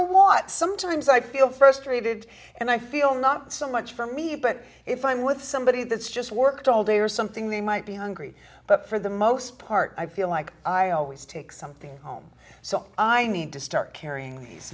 a lot sometimes i feel st rated and i feel not so much for me but if i'm with somebody that's just worked all day or something they might be on gri but for the most part i feel like i always take something home so i need to start carrying the